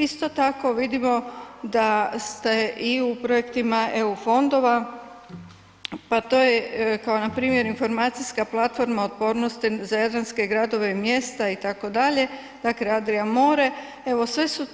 Isto tako, vidimo da ste i u projektima EU fondova pa to je kao npr. informacijska platforma otpornosti za jadranske gradove i mjesta itd., dakle Adia more, evo sve su